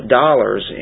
dollars